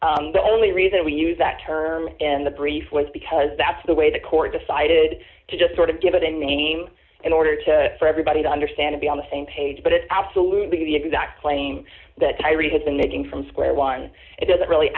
so the only reason we use that term in the brief was because that's the way the court decided to just sort of give it a name in order to for everybody to understand to be on the same page but it's absolutely the exact claim that tyreese has been making from square one it doesn't really